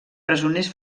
presoners